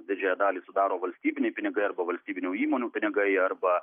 didžiąją dalį sudaro valstybiniai pinigai arba valstybinių įmonių pinigai arba